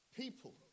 people